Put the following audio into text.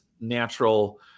natural